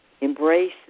Embrace